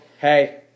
hey